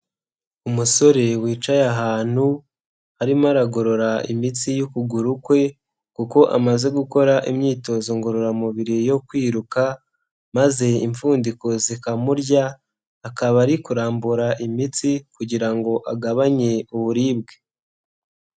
Umusore wicaye ahantu arimo aragorora imitsi y'ukuguru kwe kuko amaze gukora imyitozo ngororamubiri yo kwiruka maze impfundiko zikamurya, akaba ari kurambura imitsi kugira ngo agabanye uburibwe.